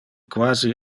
quasi